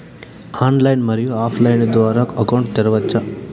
Online, మరియు offline line ద్వారా account తెరవచ్చా?